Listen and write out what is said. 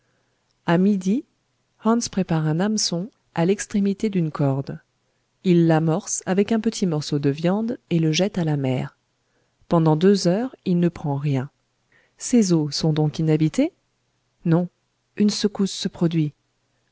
a midi mans prépare un hameçon à l'extrémité d'une corde il l'amorce avec un petit morceau de viande et le jette à la mer pendant deux heures il ne prend rien ces eaux sont donc inhabitées non une secousse se produit